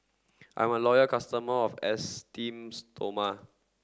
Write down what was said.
I'm a loyal customer of Esteem Stoma